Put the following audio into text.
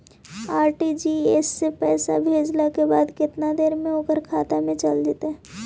RTGS से पैसा भेजला के बाद केतना देर मे ओकर खाता मे चल जितै?